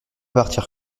partir